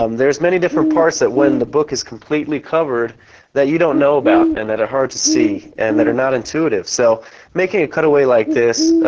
um there's many different parts that when the book is completely covered that you don't know about and that are hard to see, and that are not intuitive, so making a cutaway like this